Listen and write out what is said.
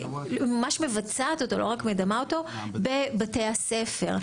ממש מבצעת אותו בבתי הספר,